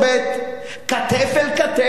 "כתף אל כתף".